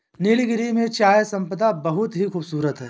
नीलगिरी में चाय संपदा बहुत ही खूबसूरत है